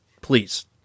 please